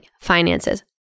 finances